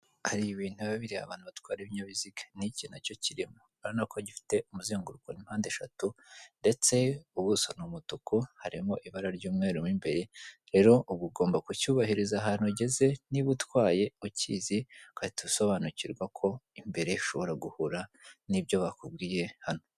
Hari ibintu biba bireba abantu batwara ibinyabiziga n'iki nacyo kirimo, urabona ko gifite umuzenguruko n'impande eshatu ndetse ubuso ni umutuku, harimo ibara ry'umweru mo imbere, rero uba ugomba kucyubahiriza ahantu ugeze niba utwaye ukizi ugahita usobanukirwa ko imbere ushobora guhura n'ibyo bakubwiye hano.